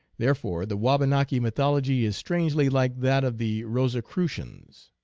therefore the wabanaki mythology is strangely like that of the rosicrueians.